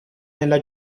nella